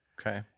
Okay